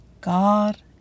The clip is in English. God